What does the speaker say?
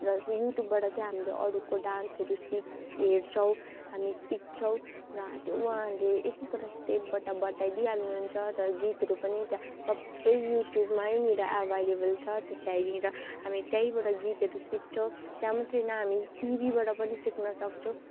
र युट्युबबाट चाहिँ हामीले अरूको डान्सहरू सिक हेर्छौँ हामी सिक्छौँ र त्यो उहाँहरूले एक एकवटा स्टेपबाट बताइदिई हाल्नुहुन्छ र गीतहरू पनि त्यहाँ सबै युट्युबमानिर एभाइलेबल छ त्यो त्यहीँनिर हामी त्यहीँबाट गीतहरू सिक्छौँ त्यहाँ मात्रै होइन हामी टिभीबाट पनि सिक्नसक्छौँ